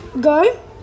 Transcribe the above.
Go